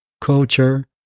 culture